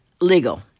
legal